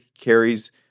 Carrie's